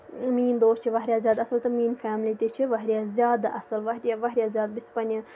میٲنۍ دوس چھِ واریاہ زیادٕ اَصٕل تہٕ میٲنۍ فیملی تہِ چھِ واریاہ زیادٕ اَصٕل واریاہ واریاہ زیادٕ بہٕ چھَس پَنٕنہِ